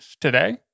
today